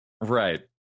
Right